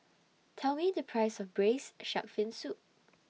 Tell Me The Price of Braised Shark Fin Soup